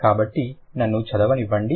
కాబట్టి నన్ను చదవనివ్వండి